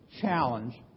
challenge